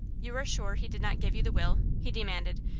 you are sure he did not give you the will? he demanded,